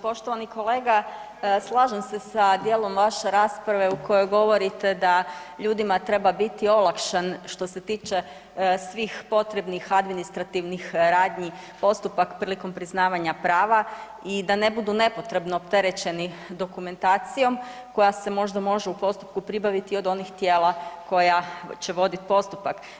Poštovani kolega slažem se sa dijelom vaše rasprave u kojoj govorite da ljudima treba biti olakšan što se tiče svih potrebnih administrativnih radnji postupak prilikom priznavanja prava i da ne budu nepotrebno opterećeni dokumentacijom koja se možda može u postupku pribaviti od onih tijela koja će voditi postupak.